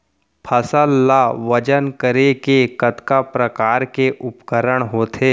फसल ला वजन करे के कतका प्रकार के उपकरण होथे?